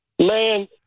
man